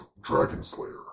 Dragonslayer